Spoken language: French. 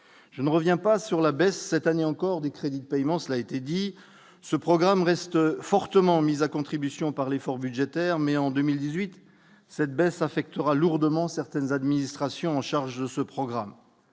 je ne reviens pas sur la baisse cette année encore des crédits de paiement, cela a été dit ce programme reste fortement mis à contribution par l'effort budgétaire mais en 2018 cette baisse affectera lourdement certaines administrations en charge de ce programme,